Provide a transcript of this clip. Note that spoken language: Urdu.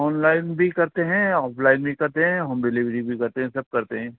آن لائن بھی کرتے ہیں آف لائن بھی کرتے ہیں ہوم ڈلیوری بھی کرتے ہیں سب کرتے ہیں